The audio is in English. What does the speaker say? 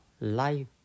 life